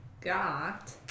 got